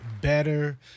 better